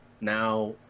now